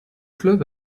club